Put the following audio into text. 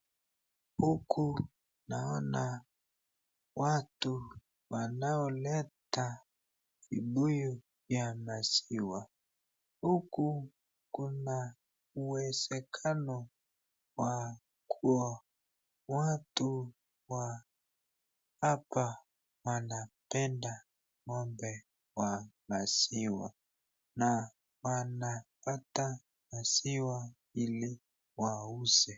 Huku naona watu wanaoleta vibuyu ya maziwa, huku kuna uwezekano wa kuwa watu wa hapa wanapenda ng'ombe wa maziwa na wanapata maziwa ili wauze.